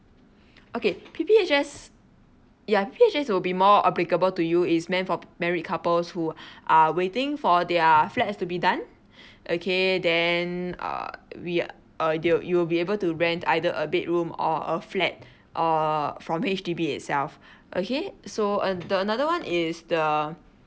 okay P_P_H_S ya P_P_H_S will be more applicable to you is meant for married couples who are waiting for their flats to be done okay then uh we are uh you you'll be able to rent either a bedroom or a flat err from H_D_B itself okay so and the another one is the